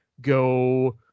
go